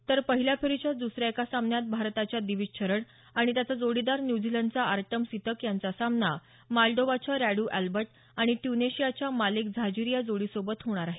तर पहिल्या फेरीच्याच दुसऱ्या एका सामन्यात भारताच्या दिवीज शरण आणि त्याचा जोडीदार न्यूझीलंडचा आर्टम सितक यांचा सामना मालडोवाच्या रॅडू अॅलबट आणि ट्यूनेशियाच्या मालेक जाझीरी या जोडीसोबत होणार आहे